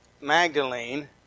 Magdalene